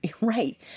Right